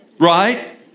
Right